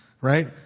right